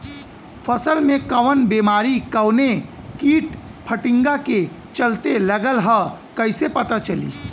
फसल में कवन बेमारी कवने कीट फतिंगा के चलते लगल ह कइसे पता चली?